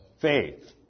faith